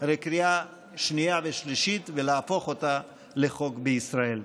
לקריאה שנייה ושלישית ולהפוך אותה לחוק בישראל.